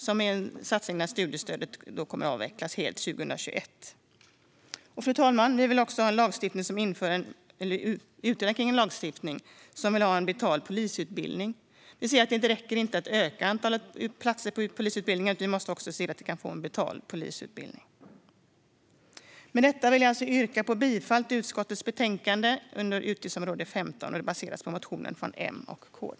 Det är en satsning till då studiestartsstödet avvecklas helt 2021. Fru talman! Vi vill också ha en utökad lagstiftning för att införa betald polisutbildning. Det räcker inte att öka antalet platser på polisutbildningen. Vi måste också se till att man kan få en betald polisutbildning. Med detta vill jag yrka bifall till utskottets förslag i betänkandet om utgiftsområde 15. Det baseras på motionen från M och KD.